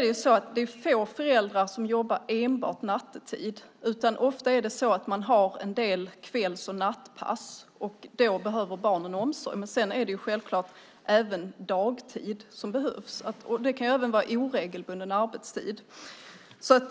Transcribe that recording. Det är få föräldrar som jobbar enbart nattetid. Ofta har man en del kvälls och nattpass. Då behöver barnen omsorg. Självklart behövs det även dagtid. Det kan också handla om oregelbunden arbetstid.